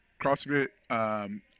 CrossFit –